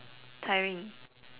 tiring